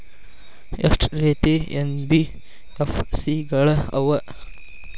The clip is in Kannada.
ಎಷ್ಟ ರೇತಿ ಎನ್.ಬಿ.ಎಫ್.ಸಿ ಗಳ ಅವ?